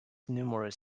numerous